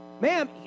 ma'am